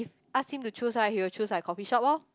if ask him to choose right he will choose like coffee shop loh